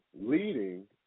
leading